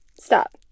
stop